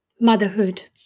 Motherhood